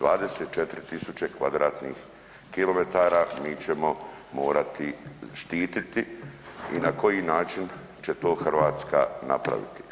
24 tisuće kvadratnih kilometara mi ćemo morati štititi i na koji način će to Hrvatska napraviti?